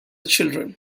children